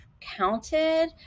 Counted